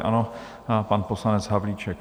Ano, pan poslanec Havlíček.